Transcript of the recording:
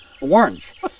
orange